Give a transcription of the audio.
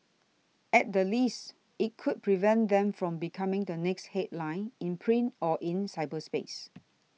at the least it could prevent them from becoming the next headline in print or in cyberspace